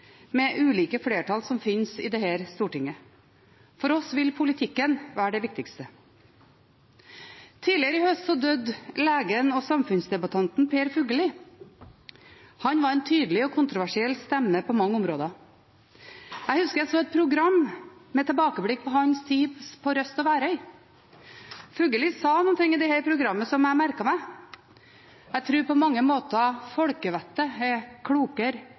med ulike flertall som finnes i dette Stortinget. For oss vil politikken være det viktigste. Tidligere i høst døde legen og samfunnsdebattanten Per Fugelli. Han var en tydelig og kontroversiell stemme på mange områder. Jeg husker jeg så et program med tilbakeblikk på hans tid på Røst og Værøy. Fugelli sa noe i dette programmet som jeg merket meg: Jeg tror på mange måter folkevettet er klokere